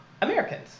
americans